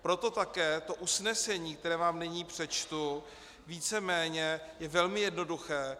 Proto také usnesení, které vám nyní přečtu, víceméně je velmi jednoduché.